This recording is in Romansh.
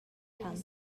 cant